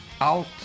out